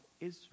Israel